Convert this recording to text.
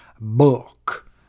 book